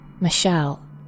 Michelle